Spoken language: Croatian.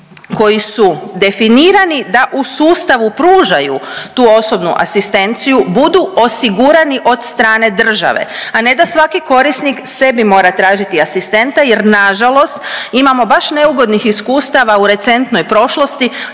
koji su definirani da u sustavu pružaju tu osobnu asistenciju budu osigurani od strane države, a ne da svaki korisnik sebi mora tražiti asistenta jer nažalost imamo baš neugodnih iskustava u recentnoj prošlosti.